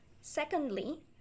Secondly